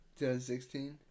2016